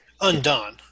Undone